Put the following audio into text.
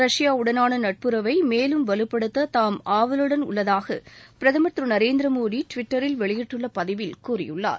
Russia உடனான நட்புறவை மேலும் வலுப்படுத்த தாம் ஆவலுடன் உள்ளதாக பிரதமர் திரு நரேந்திர மோடி டுவிட்டரில் வெளியிட்டுள்ள பதிவில் கூறியுள்ளார்